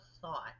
thought